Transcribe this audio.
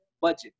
budget